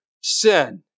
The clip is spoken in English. sin